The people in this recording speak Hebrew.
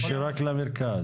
או שרק למרכז?